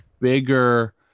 bigger